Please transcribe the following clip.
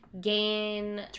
gain